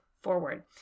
forward